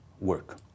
work